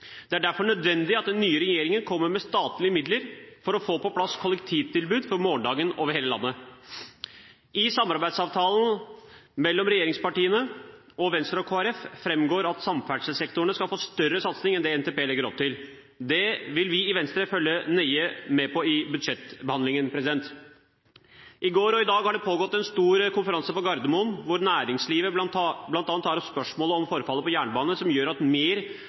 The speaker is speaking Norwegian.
Det er derfor nødvendig at den nye regjeringen kommer med statlige midler for å få på plass kollektivtilbud for morgendagen over hele landet. I samarbeidsavtalen mellom regjeringspartiene og Venstre og Kristelig Folkeparti framgår det at samferdselssektoren skal få større satsing enn det NTP legger opp til. Det vil vi i Venstre følge nøye med på i budsjettbehandlingen. I går og i dag har det pågått en stor konferanse på Gardermoen hvor næringslivet bl.a. tar opp spørsmålet om forfallet på jernbanen, som gjør at mer